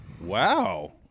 Wow